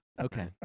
Okay